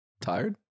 Tired